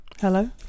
hello